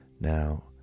now